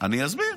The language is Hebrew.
אני אסביר.